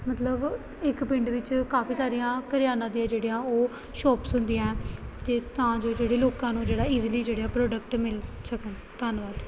ਮਤਲਬ ਇੱਕ ਪਿੰਡ ਵਿੱਚ ਕਾਫੀ ਸਾਰੀਆਂ ਕਰਿਆਨਾ ਦੀਆ ਜਿਹੜੀਆਂ ਉਹ ਸ਼ੋਪਸ ਹੁੰਦੀਆਂ ਅਤੇ ਤਾਂ ਜੋ ਜਿਹੜੇ ਲੋਕਾਂ ਨੂੰ ਜਿਹੜਾ ਈਜ਼ਲੀ ਜਿਹੜੇ ਉਹ ਪ੍ਰੋਡਕਟ ਮਿਲ ਸਕਣ ਧੰਨਵਾਦ